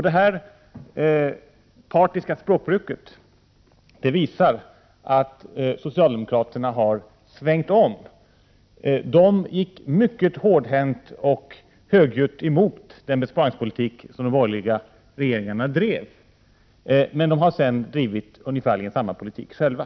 Det här partiska språkbruket visar att socialdemokraterna har svängt om. De gick mycket hårdhänt och högljutt emot den besparingspolitik som de borgerliga regeringarna bedrev, men de har sedan drivit ungefärligen samma politik själva.